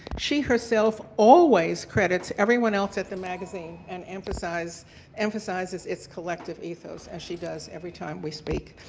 she herself always credits everyone else at the magazine, and emphasize emphasizes its collective ethos, as she does every time we speak.